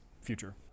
future